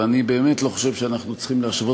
ואני באמת חושב שאנחנו לא צריכים להשוות